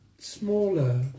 Smaller